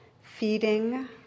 feeding